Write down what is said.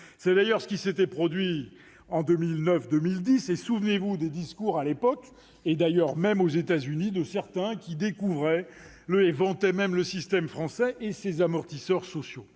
C'est d'ailleurs ce qui s'était déjà produit en 2009-2010. Souvenez-vous des discours tenus à l'époque, même aux États-Unis, par certains qui découvraient et vantaient même le système français et ses amortisseurs sociaux.